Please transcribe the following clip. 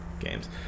games